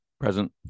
Present